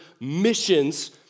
missions